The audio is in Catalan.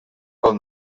pel